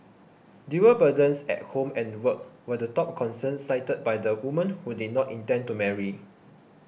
dual burdens at home and work were the top concern cited by the women who did not intend to marry